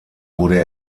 wurde